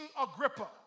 Agrippa